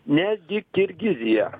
netgi kirgizija